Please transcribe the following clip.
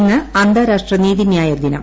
ഇന്ന് അന്താരാഷ്ട്ര നീതിന്യായ ദിനം